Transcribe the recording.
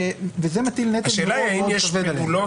וזה מטיל נטל מאוד כבד עליהם.